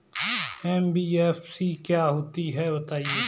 NBFC क्या होता है बताएँ?